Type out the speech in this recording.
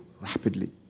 rapidly